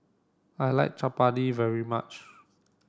I like Chappati very much